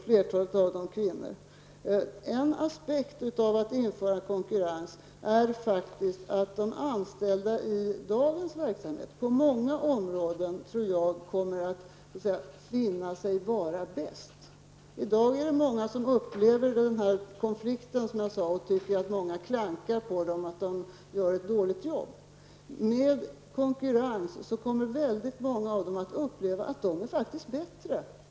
Flertalet av dem är kvinnor. En aspekt på att införa konkurrens är faktiskt att de anställda på många områden kommer att finna sig vara bäst. I dag upplever många en konflikt och tycker att man klankar på dem, att de gör ett dåligt jobb. Med konkurrens kommer väldigt många av dem att uppleva att de faktiskt är bättre än andra.